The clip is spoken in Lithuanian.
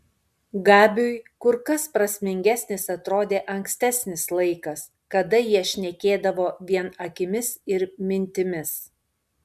gabiui kur kas prasmingesnis atrodė ankstesnis laikas kada jie šnekėdavo vien akimis ir mintimis